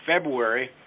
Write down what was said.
February